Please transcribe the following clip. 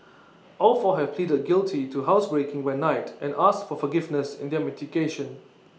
all four have pleaded guilty to housebreaking by night and asked for forgiveness in their mitigation